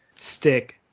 Stick